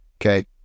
okay